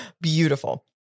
Beautiful